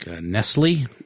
Nestle